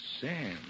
Sam